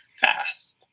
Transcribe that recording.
fast